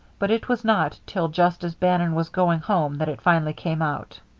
but it was not till just as bannon was going home that it finally came out.